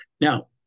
Now